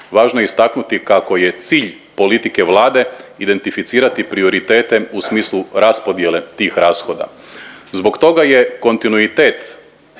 važno je istaknuti kako je cilj politike Vlade identificirati prioritete u smislu raspodjele tih rashoda. Zbog toga je kontinuitet